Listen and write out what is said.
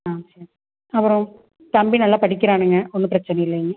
ஆ சரி அப்புறம் தம்பி நல்லா படிக்குறானுங்க ஒன்று பிரச்சனை இல்லைங்க